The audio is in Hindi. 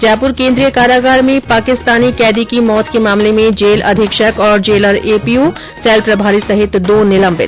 जयपुर केन्द्रीय कारागार में पाकिस्तानी कैदी की मौत के मामले में जेल अधीक्षक और जैलर एपीओ सेल प्रभारी सहित दो निलंबित